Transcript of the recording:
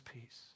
peace